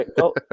Go